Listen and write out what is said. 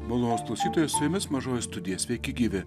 malonūs klausytojai su jumis mažoji studija sveiki gyvi